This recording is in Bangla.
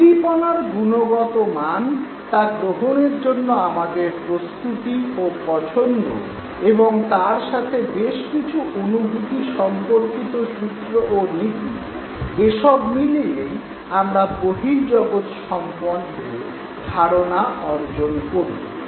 উদ্দীপনার গুণগত মান তা গ্রহণের জন্য আমাদের প্রস্তুতি ও পছন্দ এবং তার সাথে বেশ কিছু অনুভূতি সম্পর্কিত সূত্র ও নীতি - এসব মিলিয়েই আমরা বহির্জগৎ সম্বন্ধে ধারণা অর্জন করি